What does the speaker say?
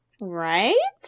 Right